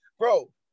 Bro